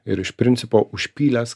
ir iš principo užpylęs